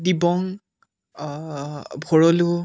Dibang Bharalu